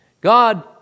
God